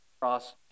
cross